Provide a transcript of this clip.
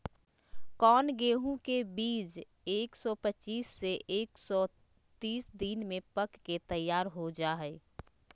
कौन गेंहू के बीज एक सौ पच्चीस से एक सौ तीस दिन में पक के तैयार हो जा हाय?